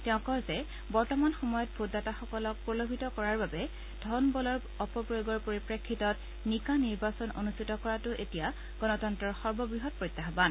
তেওঁ কয় যে বৰ্তমান সময়ত ভোটদাতাসকলক প্ৰলোভিত কৰাৰ বাবে ধনবলৰ অপ্ৰয়োগৰ পৰিপ্ৰেক্ষিতত নিকা নিৰ্বাচন অনুষ্ঠিত কৰাটো এতিয়া গণতন্নৰ সৰ্ববৃহৎ প্ৰত্যায়ান